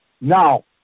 Now